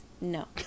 no